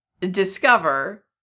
discover